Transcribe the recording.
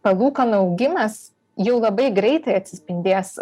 palūkanų augimas jau labai greitai atsispindės